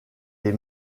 des